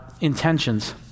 intentions